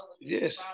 Yes